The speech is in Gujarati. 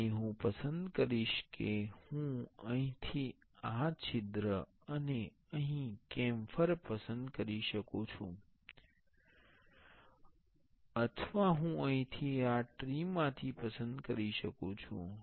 અને હું પસંદ કરીશ કે હું અહીંથી આ છિદ્ર અને અહીં કેમ્ફર પસંદ કરી શકું છું અથવા હું અહીંથી આ ટ્રી માંથી પસંદ કરી શકું છું